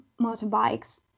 motorbikes